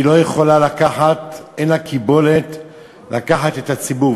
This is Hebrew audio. היא לא יכולה לקחת, אין לה קיבולת לקחת את הציבור.